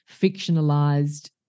fictionalized